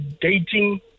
dating